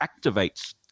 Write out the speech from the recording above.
activates